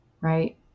Right